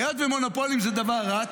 והיות שמונופולים זה דבר רע,